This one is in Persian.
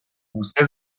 بوسه